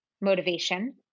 motivation